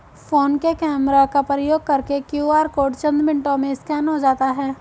phone के camera का प्रयोग करके क्यू.आर कोड चंद मिनटों में स्कैन हो जाता है